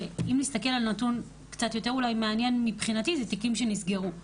ואם נסתכל על נתון קצת יותר מעניין מבחינתי זה תיקים שנסגרו.